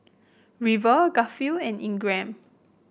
River Garfield and Ingram